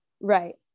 Right